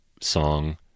song